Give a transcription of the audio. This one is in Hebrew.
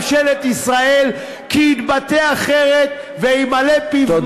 מצופה משר בממשלת ישראל כי יתבטא אחרת וימלא פיו מים.